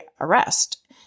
arrest